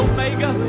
Omega